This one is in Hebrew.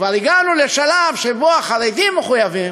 כבר הגענו לשלב שבו החרדים מחויבים.